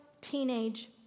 teenage